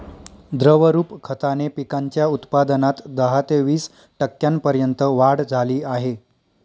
द्रवरूप खताने पिकांच्या उत्पादनात दहा ते वीस टक्क्यांपर्यंत वाढ झाली आहे